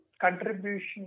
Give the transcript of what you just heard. contribution